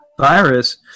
virus